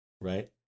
right